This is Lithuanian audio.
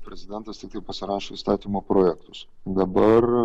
prezidentas tiktai pasirašė įstatymo projektus dabar